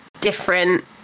different